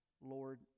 Lord